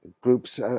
groups